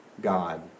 God